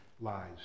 lies